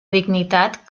dignitat